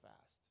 fast